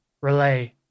Relay